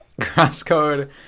Crosscode